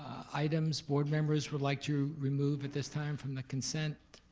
items board members would like to remove at this time from the consent?